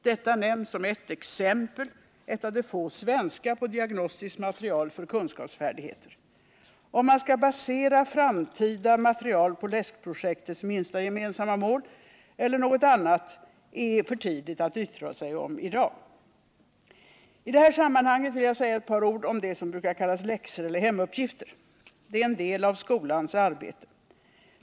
Detta nämns som ett exempel, ett av de få svenska, på diagnostiskt material för kunskapsfärdigheter. Om man skall basera framtida material på LASK-projektets minsta gemensamma mål eller på något annat är för tidigt att yttra sig om i dag. I det här sammanhanget vill jag säga ett par ord om det som brukar kallas läxor eller hemuppgifter. De är en del av skolans arbete.